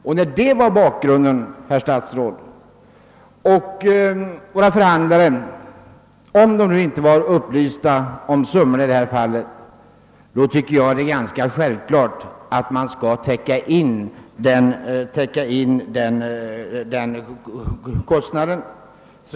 Om våra förhandlare inte var upplysta om vilka summor det gällde tycker jag alltså att det är ganska självklart att man skall täcka in den kostnaden.